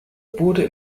wurde